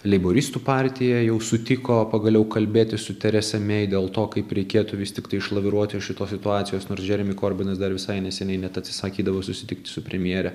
leiboristų partija jau sutiko pagaliau kalbėti su teresa mei dėl to kaip reikėtų vis tiktai išlaviruoti iš šitos situacijos nors džeremi korbinas dar visai neseniai net atsisakydavo susitikti su premjere